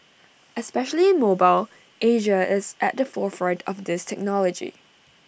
especially in mobile Asia is at the forefront of this technology